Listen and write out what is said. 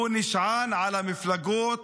הוא שנשען על המפלגות